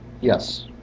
Yes